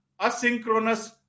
asynchronous